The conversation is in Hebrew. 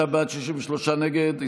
55 בעד, 63 נגד.